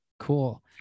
cool